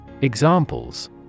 Examples